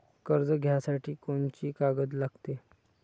कर्ज घ्यासाठी कोनची कागद लागते?